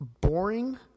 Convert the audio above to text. boring